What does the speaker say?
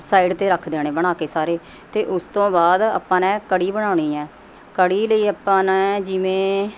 side 'ਤੇ ਰੱਖ ਦੇਣੇ ਬਣਾ ਕੇ ਸਾਰੇ ਅਤੇ ਉਸ ਤੋਂ ਬਾਅਦ ਆਪਾਂ ਨੇ ਕੜ੍ਹੀ ਬਣਾਉਣੀ ਹੈ ਕੜ੍ਹੀ ਲਈ ਆਪਾਂ ਨੇ ਜਿਵੇਂ